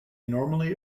normally